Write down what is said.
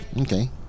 okay